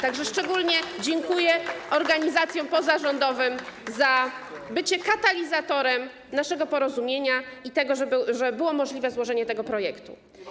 Tak że szczególnie dziękuję organizacjom pozarządowym za bycie katalizatorem naszego porozumienia i za to, że było możliwe złożenie tego projektu.